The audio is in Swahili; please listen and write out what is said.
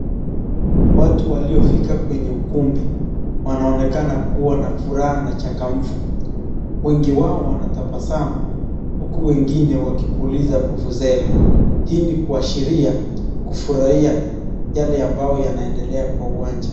Watu waliofika kwenye ukumbi wanaonekana kuwa na furaha na changamfu . Wengi wao wanatabasamu huku wengine wakipuliza vuvuzela hii ni kuashiria kufurahia yale ambayo yanaendelea kwa uwanja.